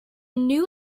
new